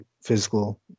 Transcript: physical